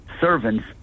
servants